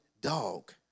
dog